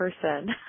person